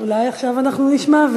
אולי עכשיו אנחנו נשמע.